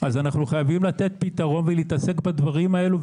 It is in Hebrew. אנחנו חייבים לתת פתרון ולהתעסק בדברים האלה,